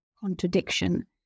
contradiction